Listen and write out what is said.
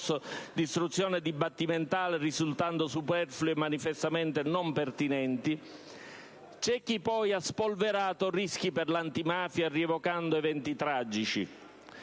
istruzione dibattimentale, risultando superflui e manifestamente non pertinenti. C'è poi chi ha spolverato rischi per l'antimafia, rievocando eventi tragici.